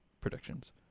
predictions